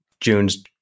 June's